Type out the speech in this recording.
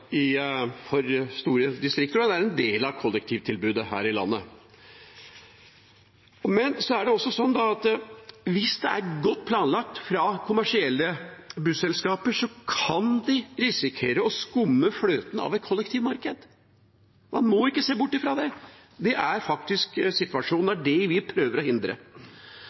for store distrikter, og det er en del av kollektivtilbudet her i landet. Men så er det også sånn at hvis det er godt planlagt fra kommersielle busselskapers side, kan vi risikere at de skummer fløten av et kollektivmarked. Man må ikke se bort fra det. Det er faktisk situasjonen, og det er det vi prøver å hindre.